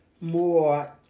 more